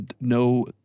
no –